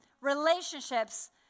relationships